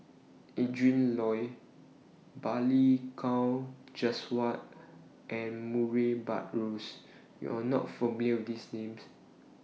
Adrin Loi Balli Kaur Jaswal and Murray Buttrose YOU Are not familiar with These Names